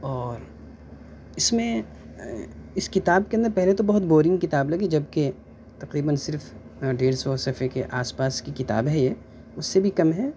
اور اِس میں اِس کتاب کے اندر پہلے تو بہت بورنگ کتاب لگی جب کہ تقریباً صرف ڈیڑھ سو صفحے کے آس پاس کی کتاب ہے یہ اُس سے بھی کم ہے